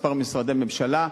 כמה משרדי ממשלה.